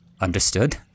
Understood